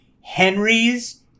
Henry's